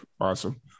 Awesome